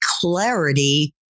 clarity